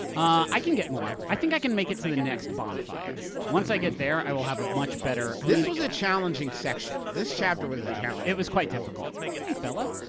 i can get more. i think i can make it to the next bonfire. once i get there, i will have a much better this was a challenging section. this chapter was a challenging it was quite difficult. hey, fella!